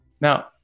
Now